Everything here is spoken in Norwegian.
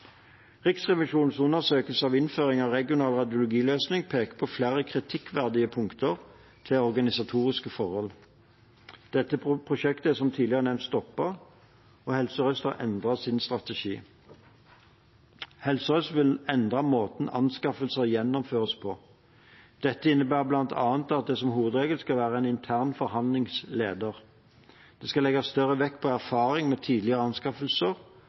Riksrevisjonens undersøkelse av innføring av regional radiologiløsning peker på flere kritikkverdige punkter knyttet til organisatoriske forhold. Dette prosjektet er, som tidligere nevnt, stoppet, og Helse Sør-Øst har endret sin strategi. Helse Sør-Øst vil endre måten anskaffelser gjennomføres på. Dette innebærer bl.a. at det som hovedregel skal være en intern forhandlingsleder. Det skal legges større vekt på erfaring med tidligere anskaffelser